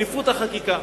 אליפות החקיקה.